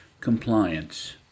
compliance